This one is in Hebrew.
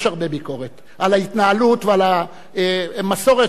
על ההתנהלות ועל הנוהג,